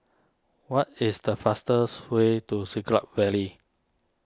what is the fastest way to Siglap Valley